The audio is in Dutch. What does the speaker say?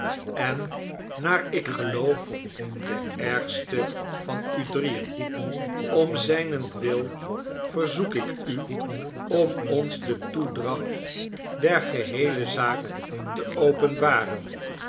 en naar ik geloof de ergste van u drieen om zijnentwil verzoek ik u om ons de toedracht der geheele zaak te openbaren